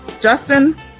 Justin